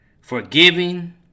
forgiving